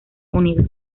unidos